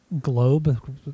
globe